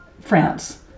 France